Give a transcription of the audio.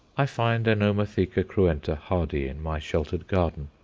i find anomatheca cruenta hardy in my sheltered garden.